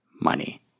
money